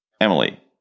Emily